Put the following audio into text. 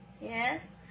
yes